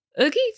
Oogie